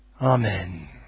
Amen